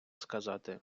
сказати